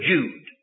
Jude